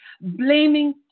blaming